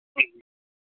ம்